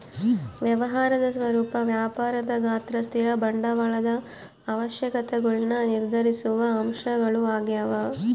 ವ್ಯವಹಾರದ ಸ್ವರೂಪ ವ್ಯಾಪಾರದ ಗಾತ್ರ ಸ್ಥಿರ ಬಂಡವಾಳದ ಅವಶ್ಯಕತೆಗುಳ್ನ ನಿರ್ಧರಿಸುವ ಅಂಶಗಳು ಆಗ್ಯವ